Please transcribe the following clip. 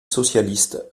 socialiste